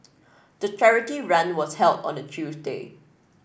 the charity run was held on a Tuesday